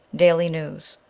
daily news